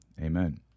Amen